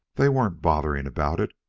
they weren't bothering about it.